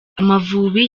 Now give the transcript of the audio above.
amavubi